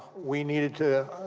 we need to